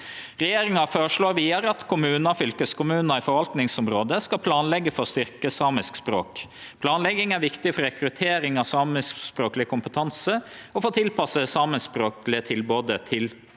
Regjeringa føreslår vidare at kommunar og fylkeskommunar i forvaltingsområdet skal planleggje for å styrkje samisk språk. Planlegging er viktig for rekruttering av samiskspråkleg kompetanse og for å tilpasse det samiskspråklege tilbodet